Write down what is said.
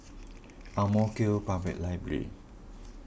Ang Mo Kio Public Library